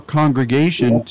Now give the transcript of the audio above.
congregation